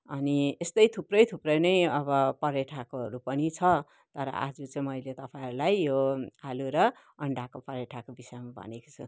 अनि यस्तै थुप्रै थुप्रै नै अब परठाकोहरू पनि छ तर आज चाहिँ मैले तपाईँहरूलाई यो आलु र अन्डाको परठाको विषयमा भनेको छु